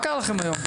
מה קרה לכם היום.